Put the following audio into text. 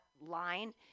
line